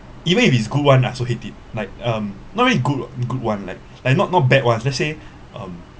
even if it's good one lah also hate it like um not really good good one like like not not bad one let's say um